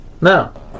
Now